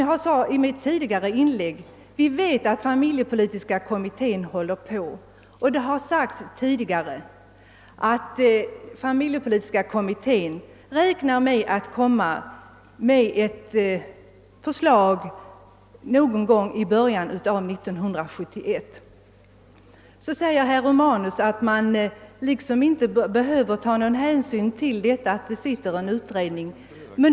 Jag sade i mitt tidigare inlägg att familjepolitiska kommittén arbetar med frågan som gäller samhällets ekonomiska stöd till barnfamiljerna och att den enligt vad som sagts räknar med att framlägga ett förslag någon gång i början av 1971. Herr Romanus menar att vi inte behöver ta någon hänsyn till att det pågår en utredning på detta område.